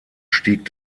stieg